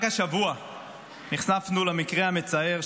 רק השבוע נחשפנו למקרה המצער,